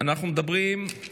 אנחנו מדברים על